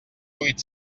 huit